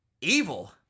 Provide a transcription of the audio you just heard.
Evil